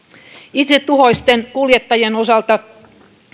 itsetuhoisten kuljettajien osalta